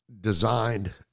designed